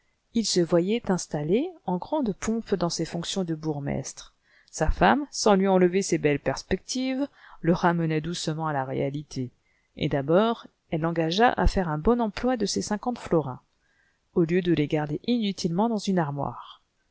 il se voyait installé en grande pompe dans ses fonctions de bourgmestre sa femme sans lui enlever ses belles perspectives le ramenait doucement à la réalité et d'abord elle l'engagea à faire un bon emploi de ses cinquante florins au lieu de les garder inutilement dans une armoire